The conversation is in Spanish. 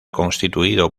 constituido